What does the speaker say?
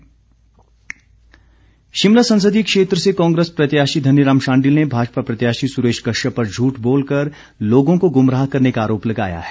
धनीराम शांडिल शिमला संसदीय क्षेत्र से कांग्रेस प्रत्याशी धनीराम शांडिल ने भाजपा प्रत्याशी सुरेश कश्यप पर झूठ बोलकर लोगों को गुमराह करने का आरोप लगाया है